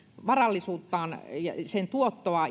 varallisuuden tuottoa